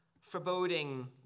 foreboding